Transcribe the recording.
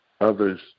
others